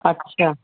अच्छा